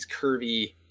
curvy